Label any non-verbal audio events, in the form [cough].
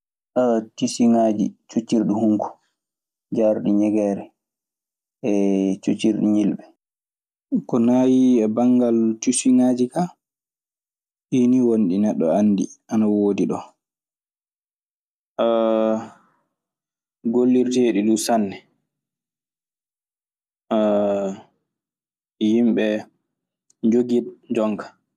On tisugaji ciocirɗi humko, jaruɗi ŋiegeree, hee ciocirɗi ŋilɓe. Ko naayii e banngal tiisiŋaaji kaa, ɗii nii woni ɗi neɗɗo anndi ana woodi ɗoo. [hesitation] gollirde ɗum sanne [hesitation] yimɓe jogiiɓe jooni ka.